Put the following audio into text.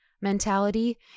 mentality